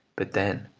but then,